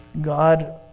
God